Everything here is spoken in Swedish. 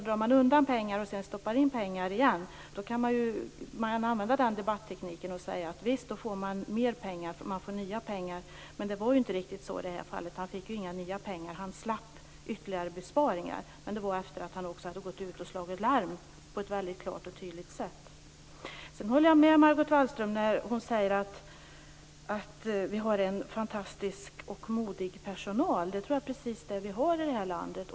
Drar man undan pengar och sedan stoppar in pengar igen kan den debatttekniken användas. Då kan det ju sägas att man får nya pengar men riktigt så var det inte i det här fallet. Klinikchefen i fråga fick inga nya pengar. Däremot slapp han ytterligare besparingar men det var efter det att han, som sagt, klart och tydligt hade slagit larm. Jag håller med Margot Wallström när hon säger att vi har en fantastisk och modig personal. Det är precis vad vi har i vårt land.